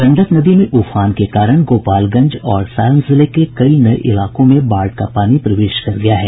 गंडक नदी में उफान के कारण गोपालगंज और सारण जिले के कई नये इलाकों में बाढ़ का पानी प्रवेश कर गया है